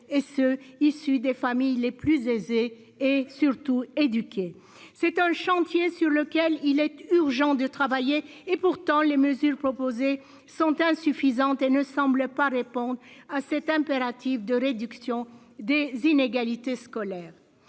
et ceux issus des familles les plus aisées et surtout éduquer c'est un chantier sur lequel il est urgent de travailler et pourtant les mesures proposées sont insuffisantes et ne semble pas répondre à cet impératif de réduction des inégalités scolaires